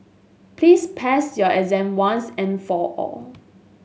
please pass your exam once and for all